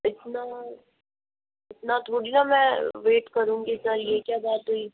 इतना इतना थोड़ी न मैं वेट करूँगी सर ये क्या बात हुई